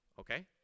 Okay